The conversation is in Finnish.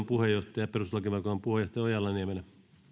puheenjohtaja ojala niemelä arvoisa